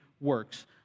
works